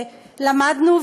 שלמדנו,